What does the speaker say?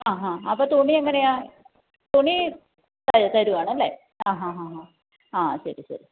ആ അ അപ്പം തുണി എങ്ങനെയാണ് തുണി തരുകയാണല്ലെ ഹ ഹ ആ ശരി ശരി